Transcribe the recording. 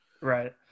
right